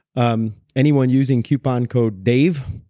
um anyone using coupon code dave